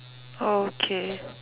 orh okay